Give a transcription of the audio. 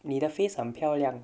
你的 face 很漂亮